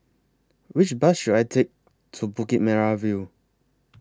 Which Bus should I Take to Bukit Merah View